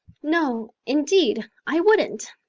no, indeed, i wouldn't.